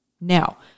Now